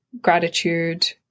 gratitude